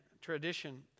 tradition